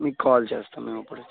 మీకు కాల్ చేస్తాను మేము అప్పుడు వచ్చి